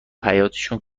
حیاطشون